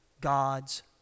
God's